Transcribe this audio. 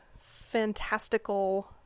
fantastical